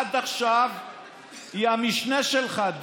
עד עכשיו היא המשנה שלך,